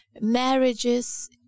marriages